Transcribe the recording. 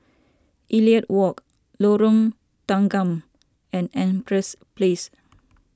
Elliot Walk Lorong Tanggam and Empress Place